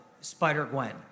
Spider-Gwen